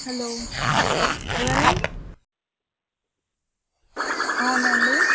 hello ఎవరండి అవునండి